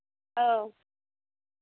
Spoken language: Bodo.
औ